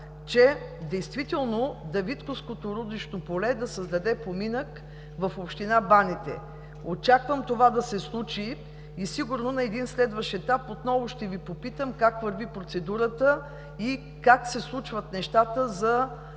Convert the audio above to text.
че действително Давидковското руднично поле да създаде поминък в община Баните. Очаквам това да се случи и сигурно на един следващ етап отново ще Ви попитам как върви процедурата и как се случват нещата за